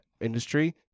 industry